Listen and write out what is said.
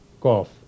cough